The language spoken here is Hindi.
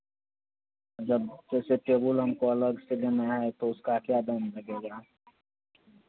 जब जैसे टेबुल हमको अलग से लेना है तो उसका क्या दाम लगेगा